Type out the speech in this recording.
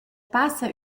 passa